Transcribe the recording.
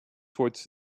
towards